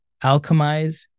Alchemize